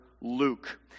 Luke